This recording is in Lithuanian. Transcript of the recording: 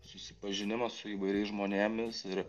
susipažinimas su įvairiais žmonėmis ir